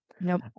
Nope